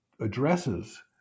addresses